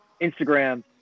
Instagram